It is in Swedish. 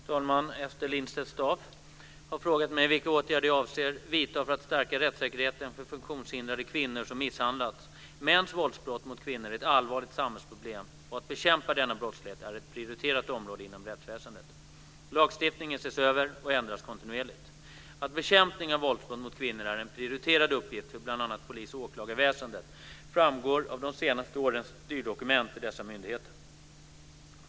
Fru talman! Ester Lindstedt-Staaf har frågat mig vilka åtgärder jag avser att vidta för att stärka rättssäkerheten för funktionshindrade kvinnor som misshandlats. Mäns våldsbrott mot kvinnor är ett allvarligt samhällsproblem, och att bekämpa denna brottslighet är ett prioriterat område inom rättsväsendet. Lagstiftningen ses över och ändras kontinuerligt. Att bekämpning av våldsbrott mot kvinnor är en prioriterad uppgift för bl.a. polis och åklagarväsendet framgår av de senaste årens styrdokument till dessa myndigheter.